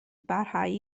barhau